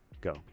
Go